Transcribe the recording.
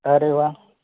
अरे वा